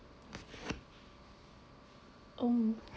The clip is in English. um